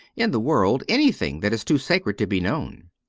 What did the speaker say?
in the world anything that is too sacred to be known.